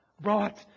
brought